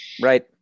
Right